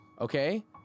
Okay